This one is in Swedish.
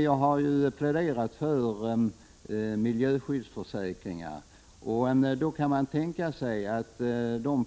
Jag har pläderat för miljöskyddsförsäkringar. Man kan tänka sig att de bolag